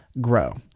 grow